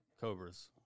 Cobra's